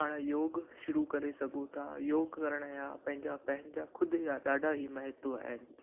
पाण योग शुरू करे सघूं था योग करण जा पंहिंजा पंहिजा खुदि जा ॾाढा ई महत्व आहिनि